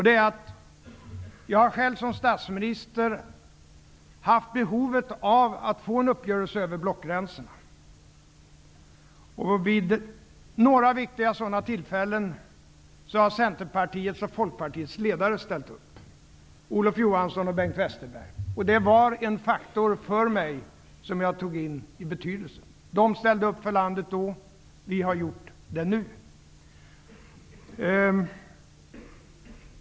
Det är att jag själv som statsminister haft behov av att träffa uppgörelser över blockgränserna. Vid några viktiga sådana tillfällen har Centerpartiets och Westerberg, ställt upp. Det var en faktor som hade betydelse för mig. De ställde upp för landet då, och vi har gjort det nu.